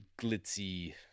glitzy